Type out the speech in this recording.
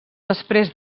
després